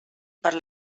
per